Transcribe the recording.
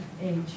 age